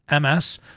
MS